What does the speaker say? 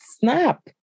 snap